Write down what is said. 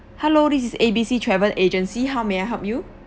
hello this is A B C travel agency how may I help you